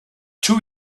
two